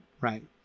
right